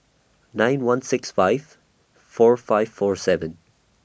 nine one six five four five four seven